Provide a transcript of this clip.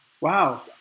Wow